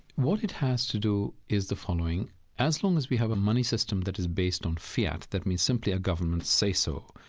what it has to do is the following as long as we have a money system that is based on fiat that means simply a government's say-so,